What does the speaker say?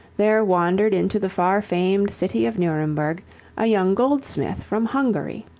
there wandered into the far-famed city of nuremberg a young goldsmith from hungary.